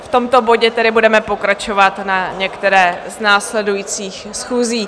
V tomto bodě tedy budeme pokračovat na některé z následujících schůzí.